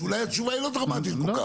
שאולי התשובה שלה לא דרמטית כל כך.